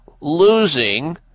losing